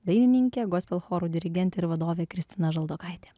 dainininkė gospel chorų dirigentė ir vadovė kristina žaldokaitė